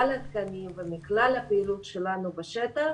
מכלל התקנים ומכלל הפעילות שלנו בשטח